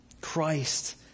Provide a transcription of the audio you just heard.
Christ